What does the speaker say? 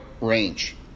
range